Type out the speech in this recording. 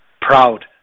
proud